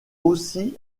aussi